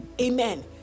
amen